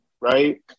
right